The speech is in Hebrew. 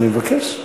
אני מבקש.